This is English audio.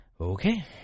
okay